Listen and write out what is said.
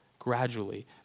gradually